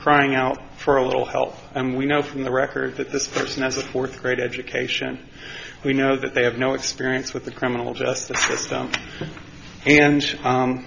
crying out for a little health and we know from the records that this person has a fourth grade education we know that they have no experience with the criminal justice system and